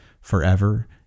forever